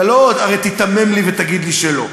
אתה הרי לא תיתמם לי ותגיד לי שלא.